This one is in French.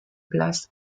place